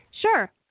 Sure